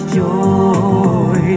joy